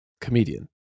comedian